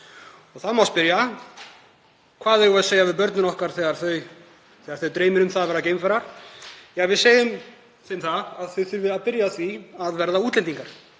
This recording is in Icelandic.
Það má spyrja: Hvað eigum við að segja við börnin okkar þegar þau dreymir um að verða geimfarar? Ja, við segjum þeim að þau þurfi að byrja á því að verða útlendingar.